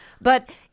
But-